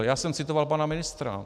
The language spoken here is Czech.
Já jsem citoval pana ministra.